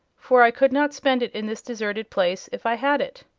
for i could not spend it in this deserted place if i had it.